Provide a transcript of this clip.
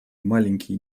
маленькие